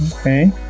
Okay